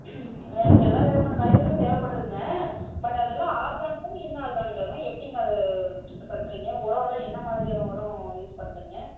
எனக்கு எல்லா விதமான காய்கறிகளும் தேவைப்படுதுங்க பட் அதெல்லாம் ஆர்கானிக்கா இன்னார்கானிக்காங்க எப்படிங்க அது பண்ணுறிங்க உரயெல்லாம் என்ன மாதிரியான உரம் யூஸ் பண்ணுறீங்க